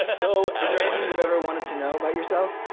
so i mean i've ever wanted to know about yourself.